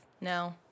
No